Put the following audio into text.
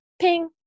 ping